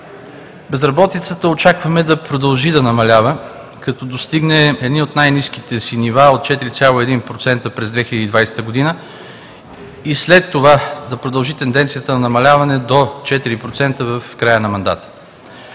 Безработицата очакваме да продължи да намалява, като достигне едни от най-ниските си нива от 4,1% през 2020 г. и след това да продължи тенденцията на намаляване до 4% в края на мандата.